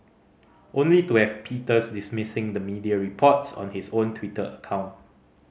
only to have Peters dismissing the media reports on his own Twitter account